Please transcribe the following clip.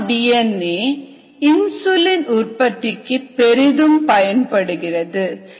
R D N A insulin உற்பத்திக்கு பெரிதும் பயன்படுகிறது